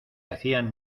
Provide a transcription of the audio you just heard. hacían